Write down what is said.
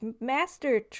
master